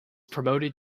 promoted